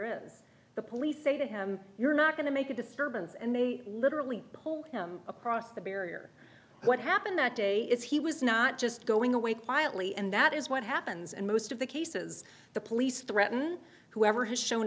is the police say to him you're not going to make it the third and and they literally pull him across the barrier what happened that day is he was not just going away quietly and that is what happens in most of the cases the police threaten whoever has shown